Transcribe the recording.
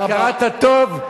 הכרת הטוב.